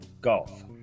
Golf